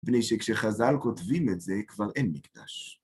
מפי שכשחז"ל כותבים את זה כבר אין מקדש.